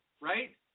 right